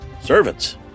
servants